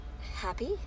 happy